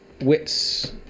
Wits